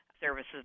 services